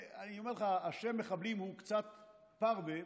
ואני אומר לך, השם "מחבלים" הוא קצת פרווה